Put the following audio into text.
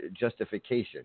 justification